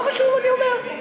לא חשוב, אני אומר.